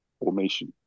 formation